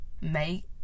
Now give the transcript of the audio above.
Mate